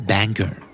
Banker